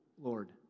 Lord